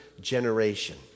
generation